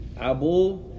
Abu